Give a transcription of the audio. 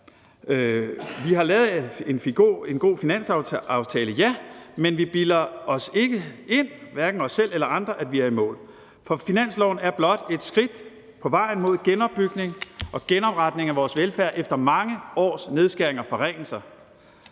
Vi har lavet en god finanslovsaftale, ja, men vi bilder os ikke ind, hverken os selv eller andre, at vi er i mål. For finansloven er blot et skridt på vejen mod genopbygning og genopretning af vores velfærd efter mange års nedskæringer og forringelser.